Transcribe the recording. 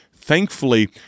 thankfully